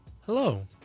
Hello